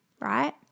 Right